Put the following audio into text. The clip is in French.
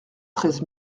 treize